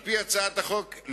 על-פי הצעת החוק,